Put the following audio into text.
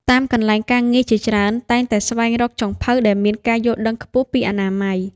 តាមកន្លែងការងារជាច្រើនតែងតែស្វែងរកចុងភៅដែលមានការយល់ដឹងខ្ពស់ពីអនាម័យ។